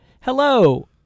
hello